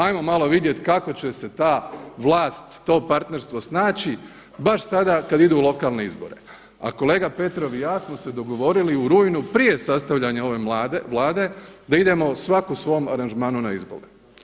Ajmo malo vidjet kako će se ta vlast to partnerstvo snaći baš sada kada idu lokalni izbori, a kolega Petrov i ja smo se dogovorili u rujnu prije sastavljanja ove Vlade da idemo svako u svom aranžmanu na izbore.